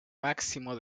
máximo